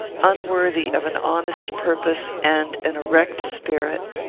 unworthy of an honest purpose and an erect spirit.